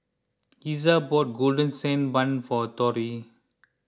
Iza bought Golden Sand Bun for Torrie